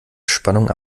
spannung